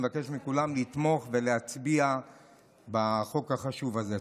מבקש מכולם לתמוך ולהצביע בעד החוק החשוב הזה.